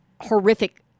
horrific